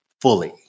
fully